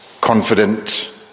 confident